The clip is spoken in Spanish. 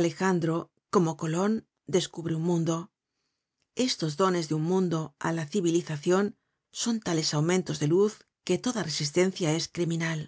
alejandro como colon descubre un mundo estos dones de un mundo á la civilizacion son tales aumentos de luz que toda resistencia es criminal